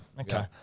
Okay